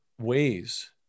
ways